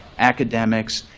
academics,